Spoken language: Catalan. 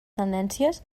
tendències